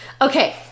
Okay